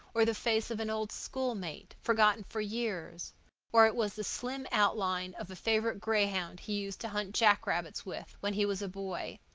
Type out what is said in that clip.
or the face of an old schoolmate, forgotten for years or it was the slim outline of a favorite greyhound he used to hunt jack-rabbits with when he was a boy.